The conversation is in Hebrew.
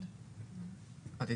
אז בואו נמתין רגע עם שרית עד שתתארגן שם.